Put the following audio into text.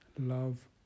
love